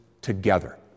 together